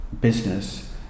business